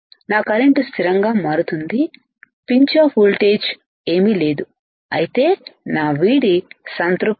నా కరెంట్ స్థిరంగా మారుతుంది పించ్ ఆఫ్ ఓల్టేజి ఏమీ లేదు అయితే నా VD సంతృప్తిని